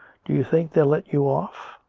d'you think they'll let you off?